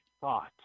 thought